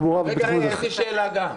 -- יש לי גם שאלה.